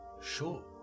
sure